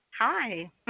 Hi